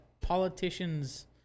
politicians